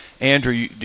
Andrew